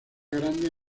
grandes